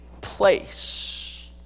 place